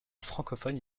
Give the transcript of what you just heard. francophone